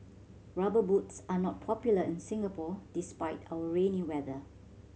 Rubber Boots are not popular in Singapore despite our rainy weather